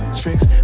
tricks